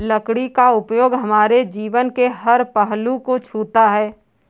लकड़ी का उपयोग हमारे जीवन के हर पहलू को छूता है